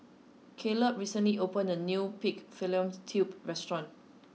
Kaleb recently opened a new pig fallopian tubes restaurant